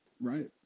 right